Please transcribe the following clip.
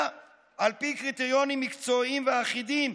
על פי קריטריונים מקצועיים ואחידים.